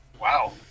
Wow